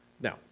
now